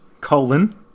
colon